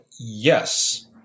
yes